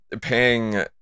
paying